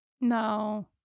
No